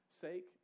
sake